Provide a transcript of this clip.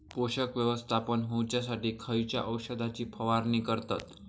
पोषक व्यवस्थापन होऊच्यासाठी खयच्या औषधाची फवारणी करतत?